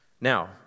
Now